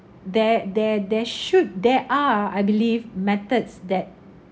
there there there should there are I believe methods that